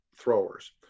throwers